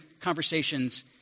conversations